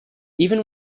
even